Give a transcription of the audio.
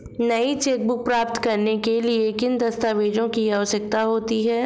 नई चेकबुक प्राप्त करने के लिए किन दस्तावेज़ों की आवश्यकता होती है?